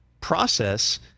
process